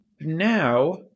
Now